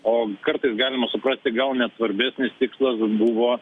o kartais galima suprasti gal net svarbesnis tikslas buvo